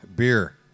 Beer